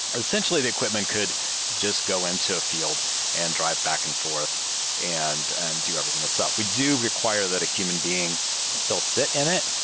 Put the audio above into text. essentially the equipment could just go into a field and drive back and forth and and do everything itself. we do require that a human being still sit in it.